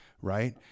Right